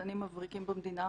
משפטנים מבריקים במדינה,